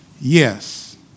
Yes